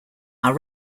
are